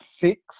six